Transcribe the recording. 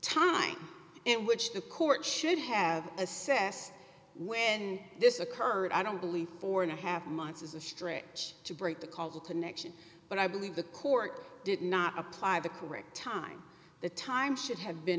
time in which the court should have assessed when this occurred i don't believe four and a half months is a stretch to break the causal connection but i believe the court did not apply the correct time the time should have been